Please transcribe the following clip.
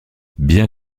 bien